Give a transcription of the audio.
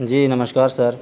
جی نمشکار سر